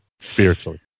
spiritually